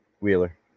Wheeler